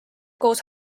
koos